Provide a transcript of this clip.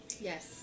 Yes